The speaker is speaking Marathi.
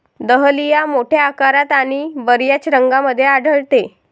दहलिया मोठ्या आकारात आणि बर्याच रंगांमध्ये आढळते